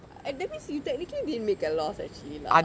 that means you technically didn't make a lose actually lah